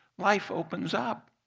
life opens up